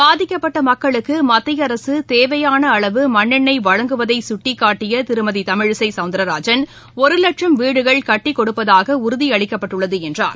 பாதிக்கப்பட்ட மக்களுக்கு மத்திய அரசு தேவையான அளவு மண்ணெண்ணெய் வழங்குவதை சுட்டிக்காட்டிய திருமதி தமிழிசை சவுந்தரராஜன் ஒரு வட்சம் வீடுகள் கட்டிக் கொடுப்பதாக உறுதி அளித்துள்ளது என்றார்